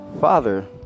father